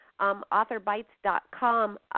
AuthorBytes.com